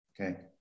Okay